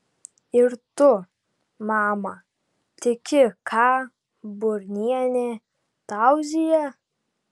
ir tu mama tiki ką burnienė tauzija